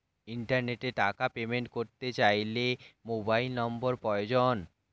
ইন্টারনেটে টাকা পেমেন্ট করতে চাইলে মোবাইল নম্বর প্রয়োজন